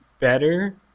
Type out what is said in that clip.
better